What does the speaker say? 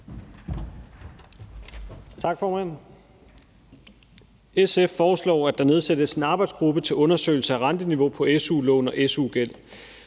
SF foreslår, at der nedsættes en arbejdsgruppe til undersøgelse renteniveau på su-lån og su-gæld.